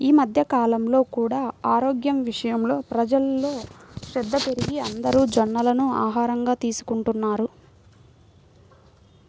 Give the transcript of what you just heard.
ఈ మధ్య కాలంలో కూడా ఆరోగ్యం విషయంలో ప్రజల్లో శ్రద్ధ పెరిగి అందరూ జొన్నలను ఆహారంగా తీసుకుంటున్నారు